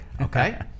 Okay